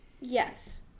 Yes